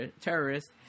terrorists